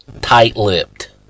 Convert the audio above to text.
tight-lipped